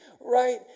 right